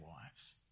wives